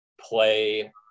play